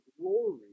glory